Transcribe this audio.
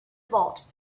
vault